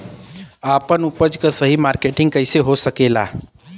आपन उपज क सही मार्केटिंग कइसे हो सकेला?